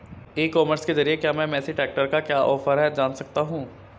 ई commerce के ज़रिए क्या मैं मेसी ट्रैक्टर का क्या ऑफर है जान सकता हूँ?